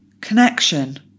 Connection